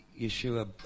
Yeshua